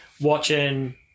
watching